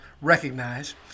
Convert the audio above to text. recognize